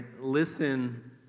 listen